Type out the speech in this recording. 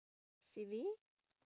silly